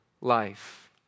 life